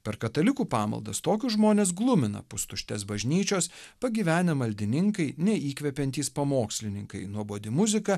per katalikų pamaldas tokius žmones glumina pustuštės bažnyčios pagyvenę maldininkai neįkvepiantys pamokslininkai nuobodi muzika